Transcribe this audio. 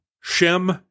Shem